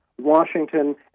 Washington